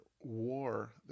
war